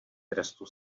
trestu